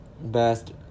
Best